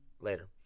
later